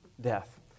Death